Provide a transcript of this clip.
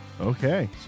Okay